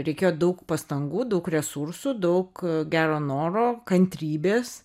reikėjo daug pastangų daug resursų daug gero noro kantrybės